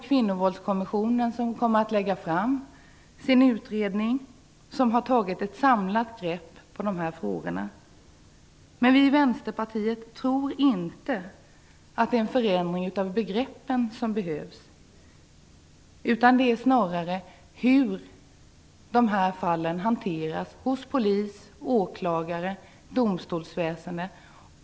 Kvinnovåldskommissionen kommer att lägga fram sin utredning, där man har tagit ett samlat grepp på dessa frågor. Vi i Vänsterpartiet tror inte att det är en förändring av begreppen som behövs. Det som behöver förändras är snarare hanteringen av dessa fall hos polis, åklagare och domstolsväsende.